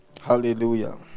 Hallelujah